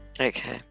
Okay